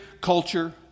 culture